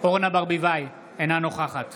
אורנה ברביבאי, אינה נוכחת